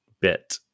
bit